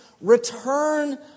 Return